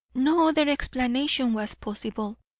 no other explanation was possible.